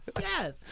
yes